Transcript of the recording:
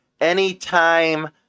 anytime